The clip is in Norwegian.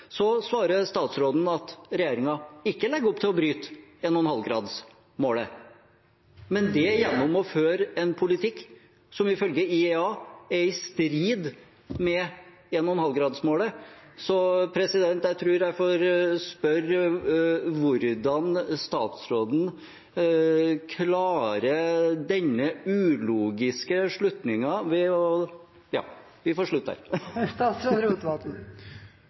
svarer statsråden at regjeringen ikke legger opp til å bryte 1,5-gradersmålet – men ved å gjennomføre en politikk som ifølge IEA er i strid med 1,5-gradersmålet. Jeg tror jeg må spørre hvordan statsråden klarer denne ulogiske slutningen. For det første er det slik at etter Parisavtalen forpliktar land seg til å